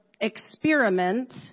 experiment